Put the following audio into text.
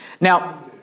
Now